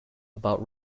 about